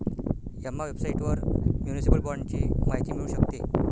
Emma वेबसाइटवर municipal बाँडची माहिती मिळू शकते